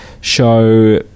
show